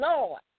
Lord